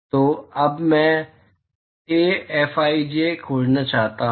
तो अब मैं ऐ फिज खोजना चाहता हूं